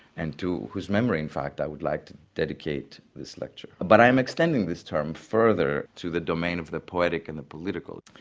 and to whose memory in fact i would like to dedicate this lecture, but i am extending this term further to the domain of the poetic and the political.